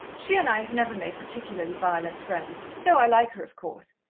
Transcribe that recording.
she and i have never made particularly violent friends, though i like her, of course.